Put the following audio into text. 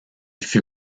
fut